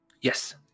Yes